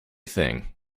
thing